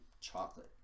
chocolate